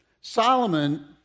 Solomon